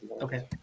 okay